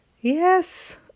yes